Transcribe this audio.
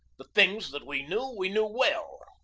the things that we knew we knew well.